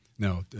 No